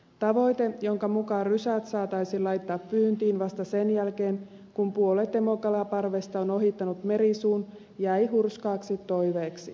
tavoite jonka mukaan rysät saataisiin laittaa pyyntiin vasta sen jälkeen kun puolet emokalaparvesta on ohittanut merisuun jäi hurskaaksi toiveeksi